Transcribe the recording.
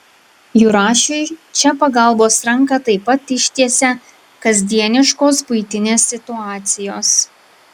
jurašiui čia pagalbos ranką taip pat ištiesia kasdieniškos buitinės situacijos